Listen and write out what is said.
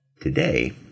Today